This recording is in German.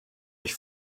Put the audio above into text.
ich